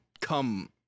Come